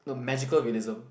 the magical realism